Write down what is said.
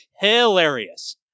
hilarious